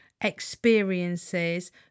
experiences